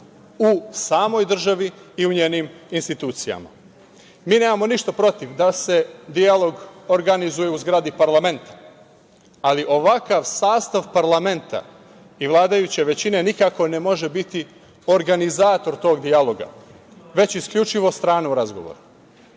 u samoj državi i u njenim institucijama. Mi nemamo ništa protiv da se dijalog organizuje u zgradi parlamenta, ali ovakav sastav parlamenta i vladajuće većine nikako ne može biti organizator tog dijaloga, već isključivo strane u razgovoru.